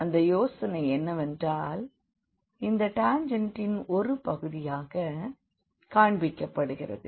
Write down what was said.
எனவே இந்த யோசனை என்னவென்றால் இந்த டாஞ்செண்ட்டின் ஒரு பகுதியாக காண்பிக்கப்படுகிறது